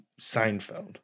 Seinfeld